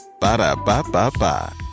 Ba-da-ba-ba-ba